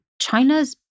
China's